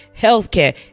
healthcare